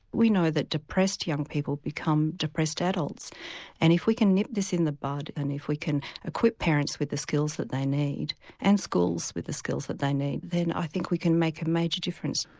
we know that depressed young people become depressed adults and if we can nip this in the bud and if we can equip parents with the skills that they need and schools with the skills that they need then i think we can make a major difference.